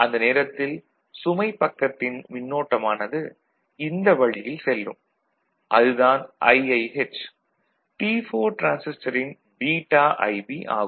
அந்த நேரத்தில் சுமை பக்கத்தின் மின்னோட்டமானது இந்த வழியில் செல்லும் அது தான் IIH T4 டிரான்சிஸ்டரின் βIB ஆகும்